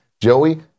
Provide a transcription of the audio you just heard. Joey